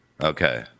Okay